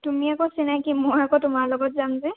তুমি আকৌ চিনাকী মই আকৌ তোমাৰ লগত যাম যে